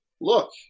look